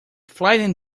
frightened